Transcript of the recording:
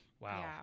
Wow